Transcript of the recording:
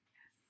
Yes